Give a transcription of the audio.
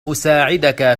أساعدك